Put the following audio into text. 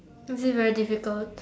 is this very difficult